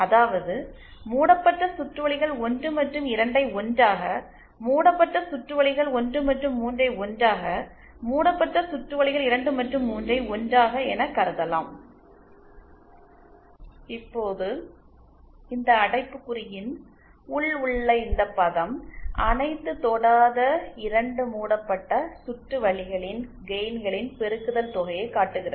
அதாவது மூடப்பட்ட சுற்று வழிகள் 1 மற்றும் 2ஐ ஒன்றாக மூடப்பட்ட சுற்று வழிகள் 1 மற்றும் 3ஐ ஒன்றாக மூடப்பட்ட சுற்று வழிகள் 2 மற்றும் 3ஐ ஒன்றாக என கருதலாம் இப்போது இந்த அடைப்புக்குறியின் உள் உள்ள இந்த பதம் அனைத்து தொடாத 2 மூடப்பட்ட சுற்று வழிகளின் கெயின்களின் பெருக்குதல் தொகையை காட்டுகிறது